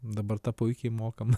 dabar tą puikiai mokam